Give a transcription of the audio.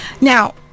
Now